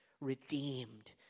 redeemed